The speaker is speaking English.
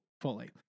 fully